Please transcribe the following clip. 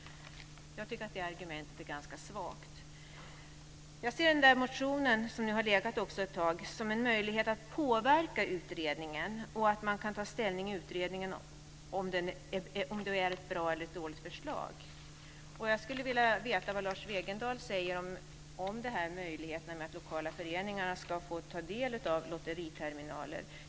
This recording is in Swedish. Jag tycker att det argumentet är ganska svagt. Jag ser motionen, som nu har varit framlagd ett tag, som en möjlighet att påverka utredningen. Man kan i utredningen ta ställning till om det är ett bra eller dåligt förslag. Jag skulle vilja veta vad Lars Wegendal säger om möjligheten för lokala föreningar att ta del av lotteriterminaler.